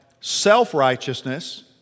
self-righteousness